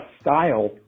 style